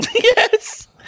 Yes